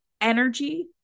energy